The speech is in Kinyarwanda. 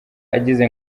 agize